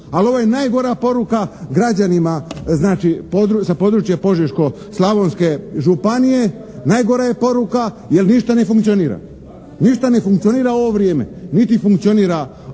Ali ovo je najgora poruka građanima za područje Požeško-slavonske županije. Najgora je poruka jer ništa ne funkcionira. Ništa ne funkcionira u ovo vrijeme. Niti ne funkcionira,